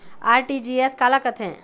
RTGS काला कथें?